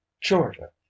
Georgia